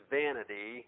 vanity